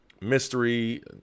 mystery